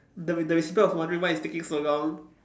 the the recipient was wondering why it's taking so long